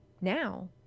now